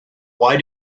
why